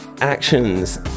actions